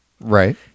Right